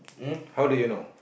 um